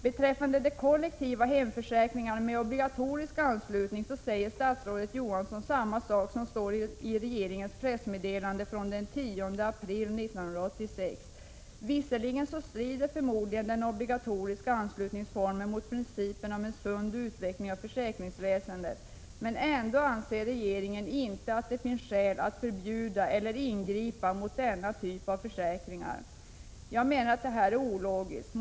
Beträffande kollektiva hemförsäkringar med obligatorisk anslutning säger statsrådet Johansson detsamma som står i regeringens pressmeddelande från den 10 april 1986, att den obligatoriska anslutningsformen visserligen strider mot principen om en sund utveckling av försäkringsväsendet men att regeringen inte anser att det finns skäl att förbjuda dessa eller ingripa mot denna typ av försäkringar. Detta är ologiskt.